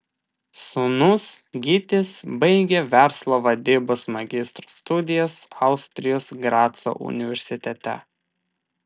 sūnus gytis baigia verslo vadybos magistro studijas austrijos graco universitete